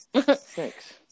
Thanks